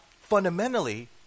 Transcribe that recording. fundamentally